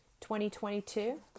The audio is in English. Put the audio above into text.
2022